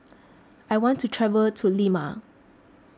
I want to travel to Lima